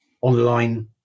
online